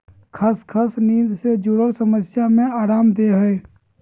खसखस नींद से जुरल समस्या में अराम देय हइ